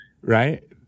Right